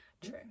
True